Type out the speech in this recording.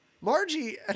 margie